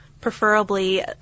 Preferably